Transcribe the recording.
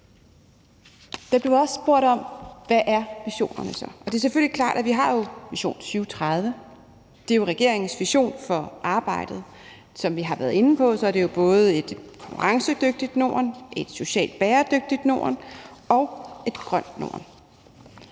Der blev også spurgt om, hvad visionerne så er. Det er selvfølgelig klart, at vi jo har »Vores vision 2030«. Det er regeringens vision for arbejdet. Som vi har været inde på, er det jo både et konkurrencedygtigt Norden, et socialt bæredygtigt Norden og et grønt Norden.